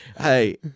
Hey